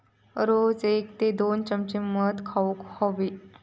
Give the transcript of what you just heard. रोज एक ते दोन चमचे मध खाउक हवो